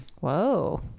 Whoa